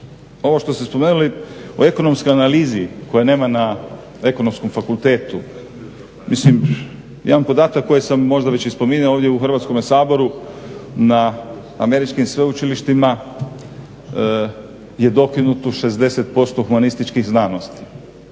ovo što ste spomenuli o ekonomskoj analizi koje nema na Ekonomskom fakultetu. Mislim ja imam podatak koji sam možda već i spominjao ovdje u Hrvatskome saboru, na američkim sveučilištima je dokinuto 60% humanističkih znanosti.